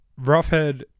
Roughhead